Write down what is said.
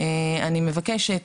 אני מבקשת,